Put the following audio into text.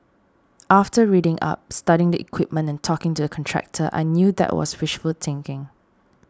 after reading up studying the equipment and talking to the contractor I knew that was wishful thinking